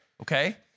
okay